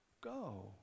go